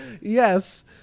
Yes